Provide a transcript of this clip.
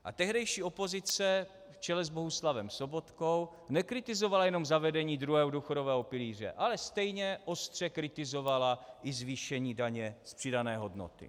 A tehdejší opozice v čele v Bohuslavem Sobotkou nekritizovala jenom zavedení druhého důchodového pilíře, ale stejně ostře kritizovala i zvýšení daně z přidané hodnoty.